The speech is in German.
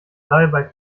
salbei